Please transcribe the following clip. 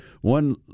One